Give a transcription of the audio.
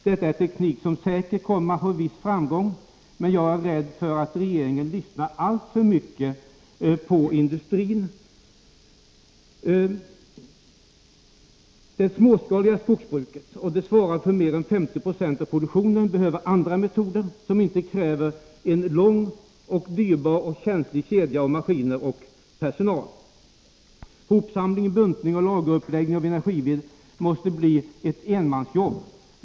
Detta är tekniker som säkert kommer att få en viss framgång, men jag är rädd för att regeringen här lyssnar alltför mycket på industrin. För det småskaliga skogsbruket — och det svarar för mer än 50 90 av produktionen — behövs andra metoder, som inte kräver en lång, dyrbar och känslig kedja av maskiner och personal. Hopsamling, buntning och lageruppläggning av energived måste bli ett enmansjobb.